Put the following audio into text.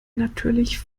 natürlich